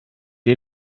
ihr